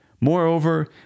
Moreover